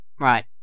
Right